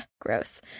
gross